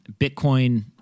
Bitcoin